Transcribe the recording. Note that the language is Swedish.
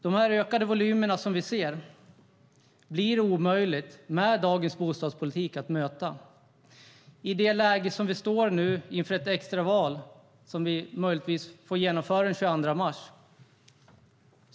De ökade volymerna blir omöjligt att möta med dagens bostadspolitik, nu när vi står inför ett extraval som möjligtvis kommer att genomföras den 22 mars.